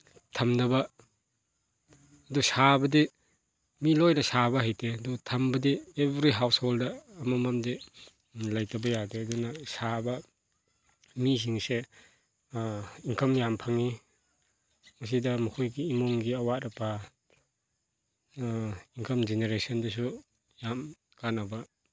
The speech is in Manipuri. ꯊꯝꯅꯕ ꯑꯗꯨ ꯁꯥꯕꯗꯤ ꯃꯤ ꯂꯣꯏꯅ ꯁꯥꯕ ꯍꯩꯇꯦ ꯑꯗꯨ ꯊꯝꯕꯗꯤ ꯑꯦꯕ꯭ꯔꯤ ꯍꯥꯎꯁꯍꯣꯜꯗ ꯑꯃꯃꯝꯗꯤ ꯂꯩꯇꯕ ꯌꯥꯗꯦ ꯑꯗꯨꯅ ꯁꯥꯕ ꯃꯤꯁꯤꯡꯁꯦ ꯏꯪꯀꯝ ꯌꯥꯝ ꯐꯪꯏ ꯃꯁꯤꯗ ꯃꯈꯣꯏꯒꯤ ꯏꯃꯨꯡꯒꯤ ꯑꯋꯥꯠ ꯑꯄꯥ ꯏꯪꯀꯝ ꯖꯦꯅꯦꯔꯦꯁꯟꯗꯁꯨ ꯌꯥꯝ ꯀꯥꯅꯕ